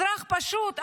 אזרח פשוט,